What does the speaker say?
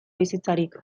bizitzarik